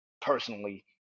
personally